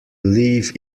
leave